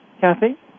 Kathy